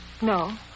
No